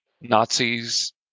Nazis